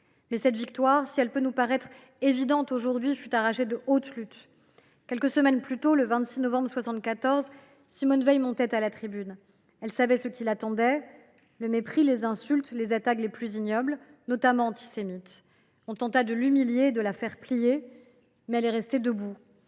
Cette victoire, si elle peut nous paraître évidente aujourd’hui, fut arrachée de haute lutte. Quelques semaines plus tôt, le 26 novembre 1974, Simone Veil montait à la tribune. Elle savait ce qui l’attendait : le mépris, les insultes, les attaques les plus ignobles, notamment antisémites. On tenta de l’humilier, de la faire plier, mais elle est restée debout,